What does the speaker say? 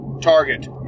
target